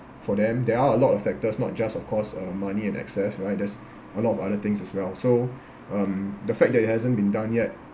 for them there are a lot of factors not just of course uh money and access right there's a lot of other things as well so um the fact that it hasn't been done yet